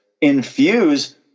infuse